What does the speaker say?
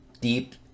deep